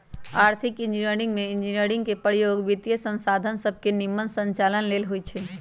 आर्थिक इंजीनियरिंग में इंजीनियरिंग के प्रयोग वित्तीयसंसाधन सभके के निम्मन संचालन लेल होइ छै